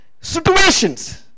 situations